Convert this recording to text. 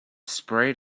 sprayed